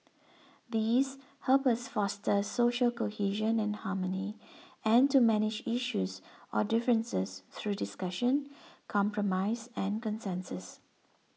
these help us foster social cohesion and harmony and to manage issues or differences through discussion compromise and consensus